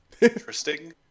interesting